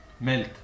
melt